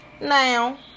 Now